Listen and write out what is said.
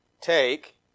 Take